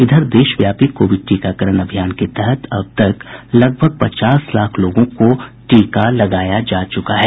इधर देशव्यापी कोविड टीकाकरण अभियान के तहत अब तक लगभग पचास लाख लोगों को टीका लगाया जा चुका है